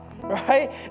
right